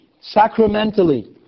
Sacramentally